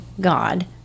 God